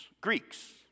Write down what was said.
Greeks